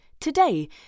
today